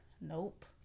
Nope